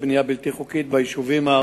מהווה פגיעה חמורה בזכויות יסוד של התושבים,